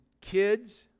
kids